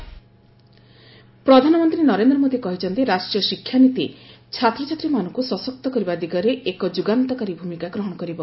PM education policy ପ୍ରଧାନମନ୍ତ୍ରୀ ନରେନ୍ଦ୍ର ମୋଦୀ କହିଛନ୍ତି ରାଷ୍ଟ୍ରୀୟ ଶିକ୍ଷାନୀତି ଏନ୍ଇପି ଛାତ୍ରଛାତ୍ରୀମାନଙ୍କୁ ସଶକ୍ତ କରିବା ଦିଗରେ ଏକ ଯୁଗାନ୍ତକାରୀ ଭୂମିକା ଗ୍ରହଣ କରିବ